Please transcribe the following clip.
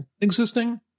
existing